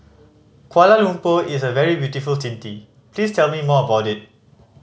Kuala Lumpur is a very beautiful city please tell me more about it